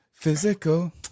Physical